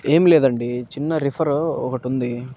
ఏం లేదండి చిన్న రిఫరు ఒకటుంది